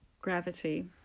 gravity